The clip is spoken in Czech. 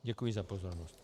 Děkuji za pozornost.